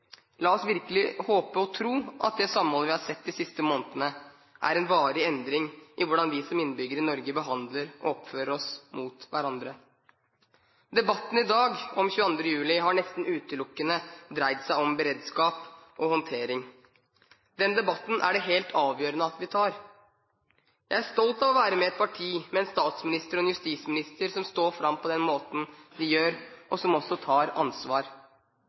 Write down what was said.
La oss virkelig håpe og tro at det samholdet vi har sett de siste månedene, er en varig endring i hvordan vi som innbyggere i Norge behandler hverandre, og oppfører oss mot hverandre. Debatten i dag om 22. juli har nesten utelukkende dreid seg om beredskap og håndtering. Den debatten er det helt avgjørende at vi tar. Jeg er stolt av å være med i et parti med en statsminister og en justisminister som står fram på den måten de gjør, og som også tar ansvar.